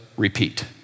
repeat